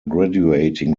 graduating